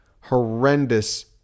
horrendous